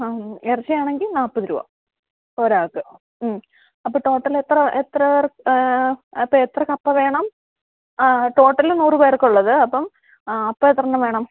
അത് ഇറച്ചിയാണെങ്കിൽ നൽപത് രൂപ ഒരാൾക്ക് അപ്പം ടോട്ടൽ എത്ര എത്ര പേർക്ക് അങ്ങനെ അപ്പം എത്ര കപ്പ വേണം ആ ടോട്ടൽ നൂറ് പേർക്കുള്ളത് അപ്പം ആ അപ്പം എത്ര എണ്ണം വേണം